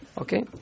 okay